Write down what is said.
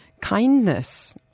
kindness